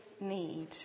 need